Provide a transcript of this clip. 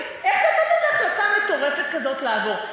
איך נתתם להחלטה מטורפת כזאת לעבור.